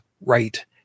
right